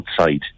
outside